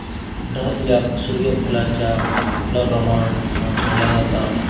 डहलियाक सूर्य फुलाच्या फुलाप्रमाण ठेवला जाता